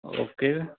okay